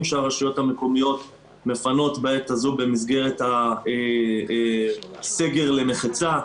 שהרשויות המקומיות מפנות בעת הזו במסגרת הסגר למחצה.